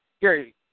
Gary